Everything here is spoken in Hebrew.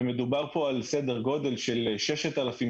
מדובר פה על סדר גודל של 6,000-7,000